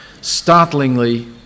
Startlingly